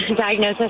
diagnosis